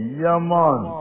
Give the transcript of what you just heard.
yaman